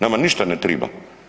Nama ništa ne triba.